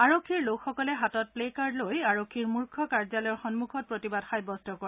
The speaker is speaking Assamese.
আৰক্ষীৰ লোকসকলে হাতত প্লেকাৰ্ড লৈ আৰক্ষীৰ মুখ্য কাৰ্যালয় সন্মুখত প্ৰতিবাদ সাব্যস্ত কৰে